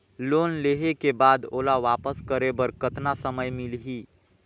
Loan लेहे के बाद ओला वापस करे बर कतना समय मिलही?